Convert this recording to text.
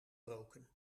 roken